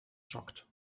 shocked